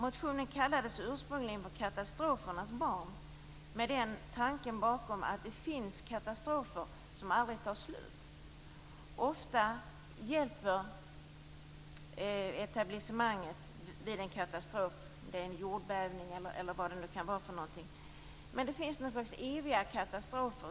Motionen kallades ursprungligen Katastrofernas barn, med den tanken bakom att det finns katastrofer som aldrig tar slut. Ofta hjälper etablissemanget vid en katastrof, en jordbävning eller vad det nu kan vara, men det finns en slags eviga katastrofer.